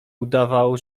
udawał